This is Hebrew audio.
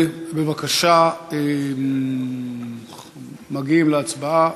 בבקשה, מגיעים להצבעה.